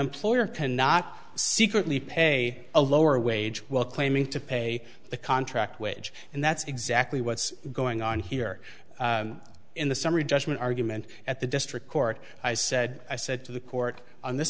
employer cannot secretly pay a lower wage while claiming to pay the contract wage and that's exactly what's going on here in the summary judgment argument at the district court i said i said to the court on this